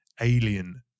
alien